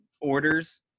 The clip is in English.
orders